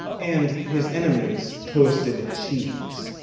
and his enemies toasted-cheese.